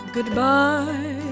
Goodbye